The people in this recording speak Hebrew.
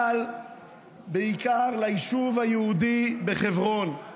אבל בעיקר ליישוב היהודי בחברון.